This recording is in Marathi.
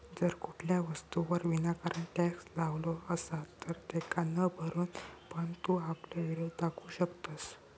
जर कुठल्या वस्तूवर विनाकारण टॅक्स लावलो असात तर तेका न भरून पण तू आपलो विरोध दाखवू शकतंस